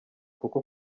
kuko